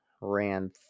ran